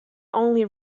only